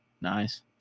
Nice